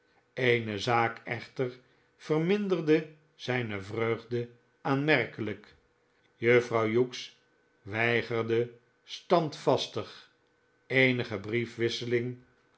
eene zaak echter verminderde zijne vreugde aanmerkelijk juffrouw hughes weigerde standvastig eenige briefwisseling